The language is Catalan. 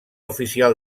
oficial